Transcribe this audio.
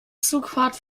zugfahrt